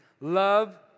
Love